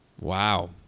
wow